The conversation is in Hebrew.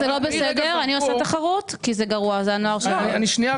זה לא בסדר, זה הנוער שלנו.